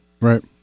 Right